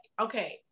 okay